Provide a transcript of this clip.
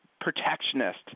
protectionist